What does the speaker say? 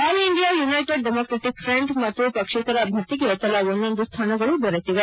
all India United Democratic Front ಮತ್ತು ಪಕ್ಷೇತರ ಅಭ್ಯರ್ಥಿಗೆ ತಲಾ ಒಂದೊಂದು ಸ್ವಾನಗಳು ದೊರೆತಿವೆ